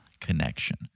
connection